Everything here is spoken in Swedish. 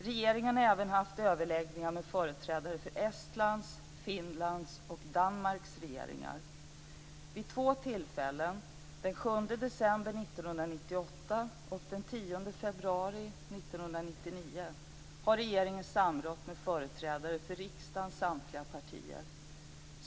Regeringen har även haft överläggningar med företrädare för Estlands, Finlands och Danmarks regeringar. 10 februari 1999, har regeringen samrått med företrädare för riksdagens samtliga partier.